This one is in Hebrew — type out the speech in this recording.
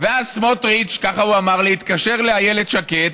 ואז סמוטריץ, ככה הוא אמר לי, התקשר לאיילת שקד,